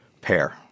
pair